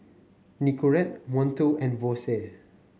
Nicorette Monto and Bose